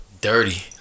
dirty